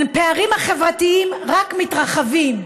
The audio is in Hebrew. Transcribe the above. הפערים החברתיים רק מתרחבים,